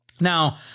Now